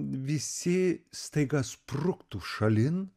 visi staiga spruktų šalin